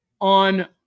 on